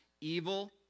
evil